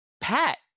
Pat